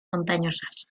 montañosas